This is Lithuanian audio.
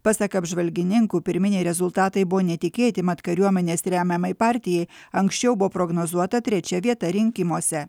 pasak apžvalgininkų pirminiai rezultatai buvo netikėti mat kariuomenės remiamai partijai anksčiau buvo prognozuota trečia vieta rinkimuose